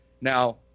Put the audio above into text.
Now